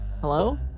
Hello